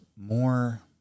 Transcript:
more